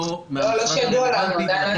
לא שידוע לנו.